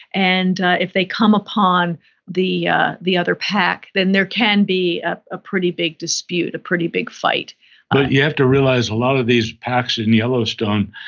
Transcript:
and if they come upon the ah the other pack then there can be ah a pretty big dispute, a pretty big fight but you have to realize, a lot of these packs in yellowstone,